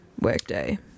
Workday